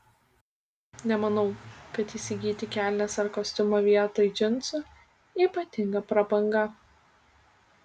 nemanau kad įsigyti kelnes ar kostiumą vietoj džinsų ypatinga prabanga